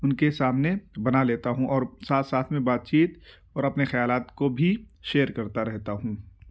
ان کے سامنے بنالیتا ہوں اور ساتھ ساتھ میں بات چیت اور اپنے خیالات کو بھی شیئر کرتا رہتا ہوں